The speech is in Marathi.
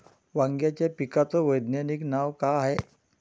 वांग्याच्या पिकाचं वैज्ञानिक नाव का हाये?